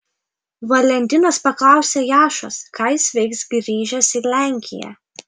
valentinas paklausė jašos ką jis veiks grįžęs į lenkiją